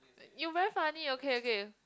you very funny okay okay